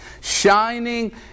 shining